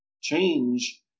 Change